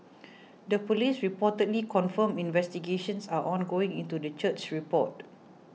the police reportedly confirmed investigations are ongoing into the church's report